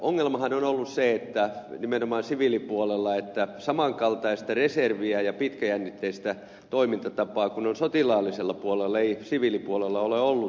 ongelmahan on ollut se nimenomaan siviilipuolella että saman kaltaista reserviä ja pitkäjännitteistä toimintatapaa kuin on sotilaallisella puolella ei siviilipuolella ole ollut